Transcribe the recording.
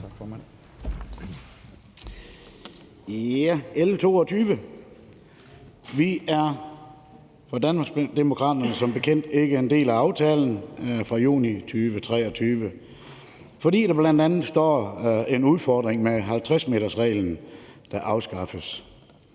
det L 22. Danmarksdemokraterne er som bekendt ikke en del af aftalen fra juni 2023, fordi der bl.a. er en udfordring med 50-metersreglen, der afskaffes.